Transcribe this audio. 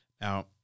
Now